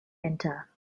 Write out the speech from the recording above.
enter